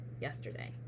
yesterday